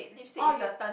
oh you